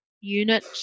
unit